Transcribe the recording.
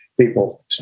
people